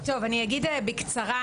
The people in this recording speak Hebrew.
בקצרה,